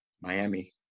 miami